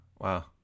Wow